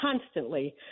constantly